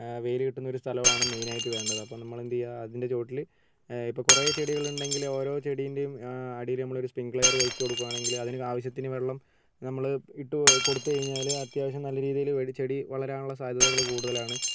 വെയിൽ കിട്ടുന്നൊരു സ്ഥലവാണ് മെയിനായിട്ട് വേണ്ടത് അപ്പം നമ്മൾ എന്ത് ചെയ്യും അതിൻ്റെ ചോട്ടിൽ ഇപ്പോൾ കുറെ ചെടികൾ ഉണ്ടെങ്കിൽ ഓരോ ചെടിൻ്റെയും അടിയിൽ നമ്മൾ ഒരു സ്പ്രിംഗ്ലയര് വെച്ചു കൊടുക്കുവാണെങ്കിൽ അതിന് ആവശ്യത്തിന് വെള്ളം നമ്മൾ ഇട്ട് കൊടുത്തു കഴിഞ്ഞാൽ അത്യാവശ്യം നല്ല രീതിയിൽ ചെടി വളരാനുള്ള സാധ്യതകൾ കൂടുതലാണ്